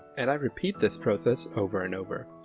and i repeat this process over and over.